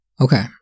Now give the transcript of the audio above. Okay